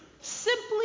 simply